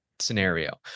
scenario